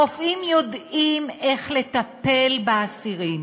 הרופאים יודעים איך לטפל באסירים.